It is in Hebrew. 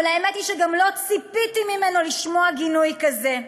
אבל האמת היא שגם לא ציפיתי לשמוע ממנו גינוי כזה.